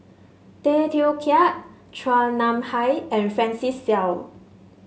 Tay Teow Kiat Chua Nam Hai and Francis Seow